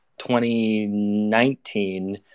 2019